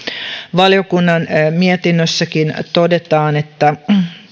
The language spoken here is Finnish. valiokunnan mietinnössäkin todetaan että